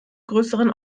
größeren